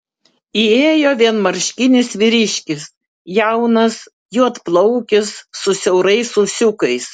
įėjo vienmarškinis vyriškis jaunas juodplaukis su siaurais ūsiukais